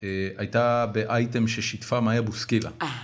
הייתה באייטם ששיתפה מאיה בוסקילה.